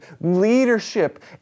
leadership